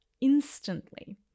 instantly